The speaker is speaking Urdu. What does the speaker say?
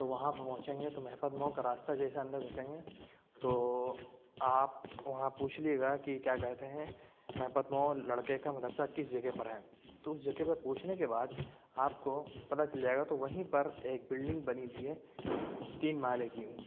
تو وہاں پہنچیں گے تو مہپت مئو کا راستہ جیسے اندر گھسیں گے تو آپ وہاں پوچھ لیئے گا کہ کیا کہتے ہیں مہپت مئو لڑکے کا مدرسہ کس جگہ پر ہے تو اس جگہ پر پہچنے کے بعد آپ کو پتہ چل جائے گا تو وہیں پر ایک بلڈنگ بنی ہوئی ہے تین مالے کی